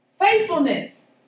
faithfulness